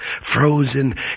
frozen